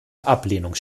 ablehnung